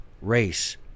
Race